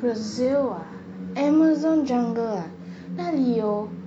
brazil ah amazon jungle ah 那你有